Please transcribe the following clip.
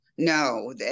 No